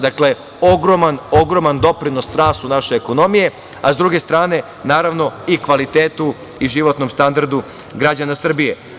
Dakle, ogroman doprinos rastu naše ekonomije, a sa druge strane, naravno, i kvalitetu i životnom standardu građana Srbije.